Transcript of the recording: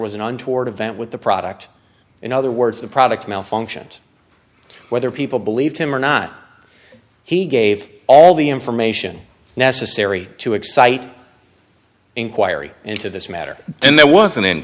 was an untoward event with the product in other words the product malfunctioned whether people believed him or not he gave all the information necessary to excite inquiry into this matter then there was